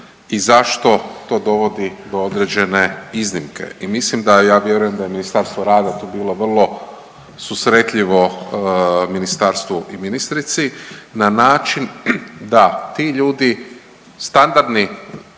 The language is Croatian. i zašto to dovodi do određene iznimke. I mislim da, ja vjerujem da je Ministarstvo rada tu bilo vrlo susretljivo ministarstvu i ministrici na način da ti ljudi standardni